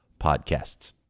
podcasts